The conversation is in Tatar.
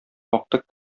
актык